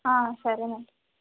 సరే అండీ